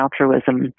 altruism